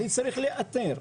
אני צריך לאתר.